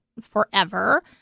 forever